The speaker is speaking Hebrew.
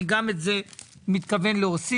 אני גם את זה מתכוון להוסיף.